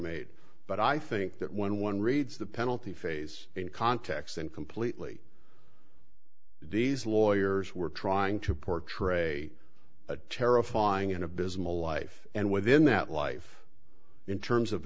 made but i think that when one reads the penalty phase in context and completely these lawyers were trying to portray a terrifying and abysmal life and within that life in terms of